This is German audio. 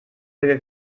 wir